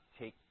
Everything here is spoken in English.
take